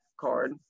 card